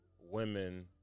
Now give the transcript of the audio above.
women